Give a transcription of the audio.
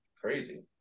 crazy